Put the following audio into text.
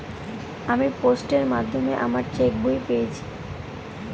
আমি পোস্টের মাধ্যমে আমার চেক বই পেয়েছি